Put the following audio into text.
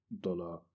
dollar